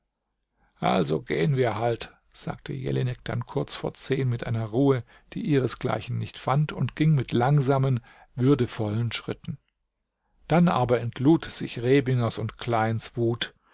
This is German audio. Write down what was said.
also gehn wir halt sagte jelinek dann kurz vor zehn mit einer ruhe die ihresgleichen nicht fand und ging mit langsamen würdevollen schritten dann aber entlud sich rebingers und kleins wut